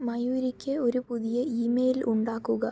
മയൂരിക്ക് ഒരു പുതിയ ഇമെയിൽ ഉണ്ടാക്കുക